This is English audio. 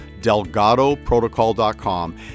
DelgadoProtocol.com